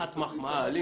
מחמאה.